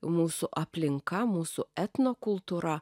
mūsų aplinka mūsų etnokultūra